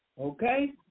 Okay